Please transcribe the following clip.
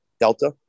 Delta